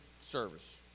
service